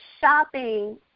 shopping